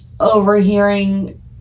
overhearing